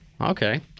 Okay